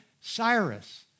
Cyrus